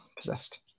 possessed